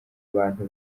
bantu